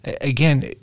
Again